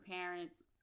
parents